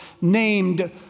named